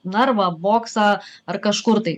narvą boksą ar kažkur tai